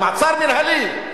במעצר מינהלי.